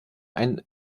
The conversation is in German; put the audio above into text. einen